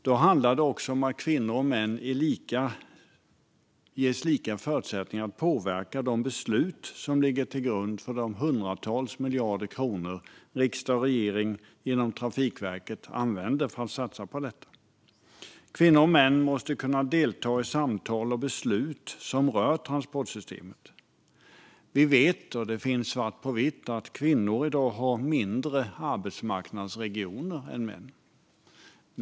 Det handlar också om att kvinnor och män ska ges lika förutsättningar att påverka de beslut som ligger till grund för de hundratals miljarder kronor som riksdag och regering genom Trafikverket använder för att satsa på detta. Både kvinnor och män måste kunna delta i samtal och beslut som rör transportsystemet. Vi vet, och det finns svart på vitt, att kvinnor i dag har mindre arbetsmarknadsregioner än män.